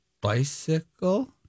Bicycle